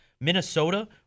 Minnesota